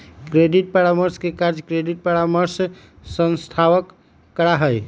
credit परामर्श के कार्य क्रेडिट परामर्श संस्थावह करा हई